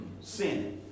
Sin